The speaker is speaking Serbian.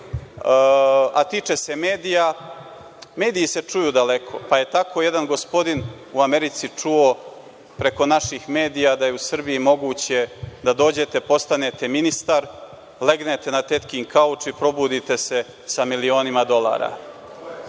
a tiče se medija, mediji se čuju daleko, pa je tako jedan gospodin u Americi čuo preko naših medija da je u Srbiji moguće da dođete, postanete ministar, legnete na tetkin kauč i probudite se sa milionima dolara.